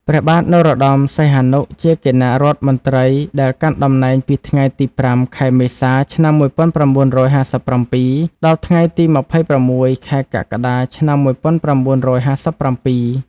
ព្រះបាទនរោត្តម សីហនុ ជាគណៈរដ្ឋមន្ត្រីដែលកាន់តំណែងពីថ្ងៃទី៥ ខែមេសា ឆ្នាំ១៩៥៧ ដល់ថ្ងៃទី ២៦ ខែកក្កដា ឆ្នាំ១៩៥៧។